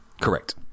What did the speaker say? correct